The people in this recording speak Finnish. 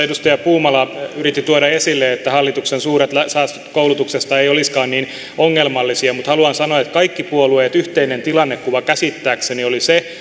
edustaja puumala yritti tuoda esille että hallituksen suuret säästöt koulutuksesta eivät olisikaan niin ongelmallisia mutta haluan sanoa että kaikkien puolueiden yhteinen tilannekuva käsittääkseni oli se